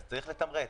אז צריך לתמרץ,